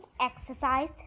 exercise